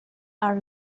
are